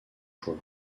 choix